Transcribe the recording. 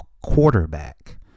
quarterback